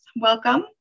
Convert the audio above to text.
welcome